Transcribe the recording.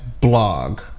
blog